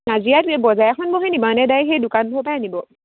নাজিৰাত বজাৰ এখন বহে নি বাৰু নে ডাইৰেক্ট সেই দোকানবোৰৰ পৰাই আনিব